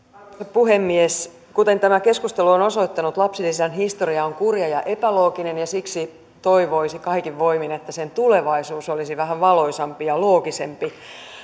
puhemies kuten tämä keskustelu on osoittanut lapsilisän historia on kurja ja epälooginen ja siksi toivoisi kaikin voimin että sen tulevaisuus olisi vähän valoisampi ja loogisempi